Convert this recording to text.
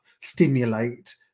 stimulate